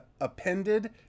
appended